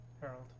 Harold